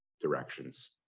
directions